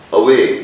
away